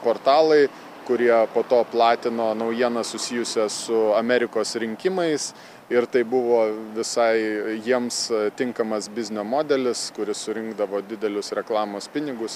portalai kurie po to platino naujienas susijusias su amerikos rinkimais ir tai buvo visai jiems tinkamas biznio modelis kuris surinkdavo didelius reklamos pinigus